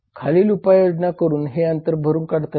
खालील उपाययोजना करून हे अंतर भरून काढता येईल